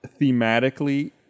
thematically